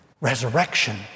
resurrection